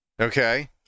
Okay